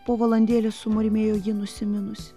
po valandėlės sumurmėjo ji nusiminusi